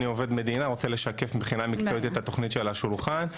אני עובד מדינה אני רוצה לשקף מבחינה מקצועית את התוכנית שעל השולחן.